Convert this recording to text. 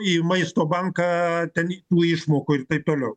į maisto banką ten tų išmokų ir taip toliau